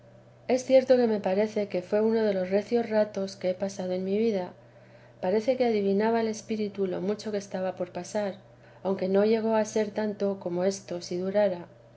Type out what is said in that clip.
es cierto que me parece que fué uno de los recios ratos que he pasado en mí vida parece que adivinaba el espíritu lo mucho que estaba por pasar aunque no llegó a ser tanto como esto si durara